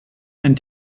and